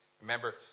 Remember